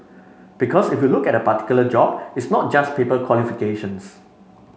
because if you look at particular job it's not just paper qualifications